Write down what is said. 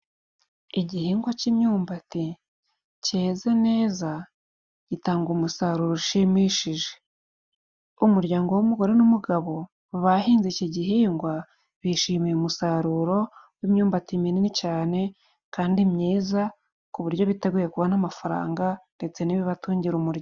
Igihingwa cy'imyumbati cyeza neza gitanga umusaruro ushimishije. Umuryango w'umugore n'umugabo bahinze iki gihingwa, bishimiye umusaruro w'imyumbati minini cane kandi myiza ku buryo biteguye kubona amafaranga ndetse n'ibibatungira umuryango.